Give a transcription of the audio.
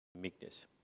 meekness